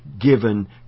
given